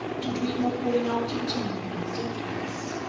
to dream of pulling out your teeth means sickness.